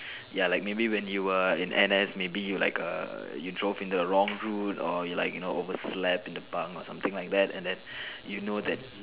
ya like maybe when you were in N_S maybe you like err you drove in a wrong route or like you know overslept in the bunk or something like that and then you know that